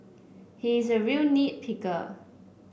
he is a real nit picker